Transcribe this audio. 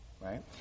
right